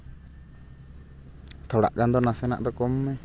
ᱛᱷᱚᱲᱟ ᱜᱟᱱ ᱫᱚ ᱱᱟᱥᱮᱱᱟᱜ ᱫᱚ ᱠᱚᱢ ᱢᱮ